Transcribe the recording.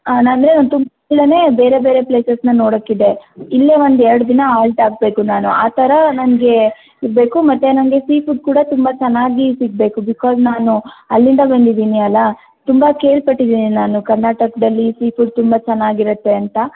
ಅಂದರೆ ತುಮ್ಕೂರಲ್ಲೇ ಬೇರೆ ಬೇರೆ ಪ್ಲೇಸಸನ್ನ ನೋಡೋಕ್ಕಿದೆ ಇಲ್ಲೇ ಒಂದು ಎರಡು ದಿನ ಆಲ್ಟ್ ಆಗಬೇಕು ನಾನು ಆ ಥರ ನನಗೆ ಇರಬೇಕು ಮತ್ತು ನನಗೆ ಸೀಫುಡ್ ಕೂಡ ತುಂಬ ಚೆನ್ನಾಗಿ ಸಿಗಬೇಕು ಬಿಕಾಸ್ ನಾನು ಅಲ್ಲಿಂದ ಬಂದಿದ್ದೀನಿ ಅಲ್ವ ತುಂಬ ಕೇಳಪಟ್ಟಿದ್ದೀನಿ ನಾನು ಕರ್ನಾಟಕದಲ್ಲಿ ಸೀಫುಡ್ ತುಂಬ ಚೆನ್ನಾಗಿರುತ್ತೆ ಅಂತ